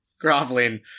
groveling